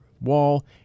wall